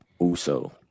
uso